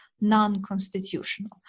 non-constitutional